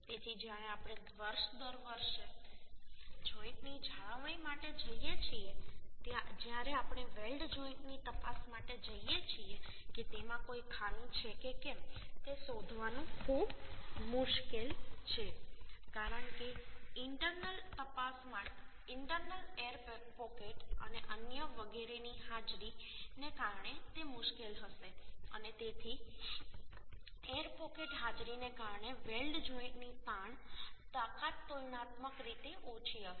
તેથી જ્યારે આપણે વર્ષ દર વર્ષે જોઈન્ટની જાળવણી માટે જઈએ છીએ જ્યારે આપણે વેલ્ડ જોઈન્ટની તપાસ માટે જઈએ છીએ કે તેમાં કોઈ ખામી છે કે કેમ તે શોધવાનું ખૂબ મુશ્કેલ છે કારણ કે ઇન્ટરનલ એર પોકેટ અને અન્ય વગેરેની હાજરીને કારણે તે મુશ્કેલ હશે અને તેથી એર પોકેટ હાજરીને કારણે વેલ્ડ જોઈન્ટની તાણ તાકાત તુલનાત્મક રીતે ઓછી હશે